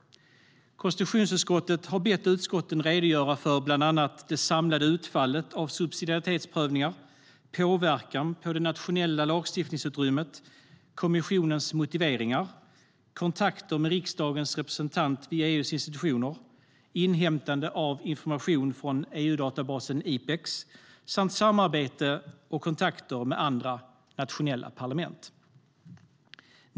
Konstitutionsutskottet har bett utskotten redogöra för bland annat det samlade utfallet av subsidiaritetsprövningar, påverkan på det nationella lagstiftningsutrymmet, kommissionens motiveringar, kontakter med riksdagens representant vid EU:s institutioner, inhämtande av information från EU-databasen IPEX samt samarbete och kontakter med andra nationella parlament.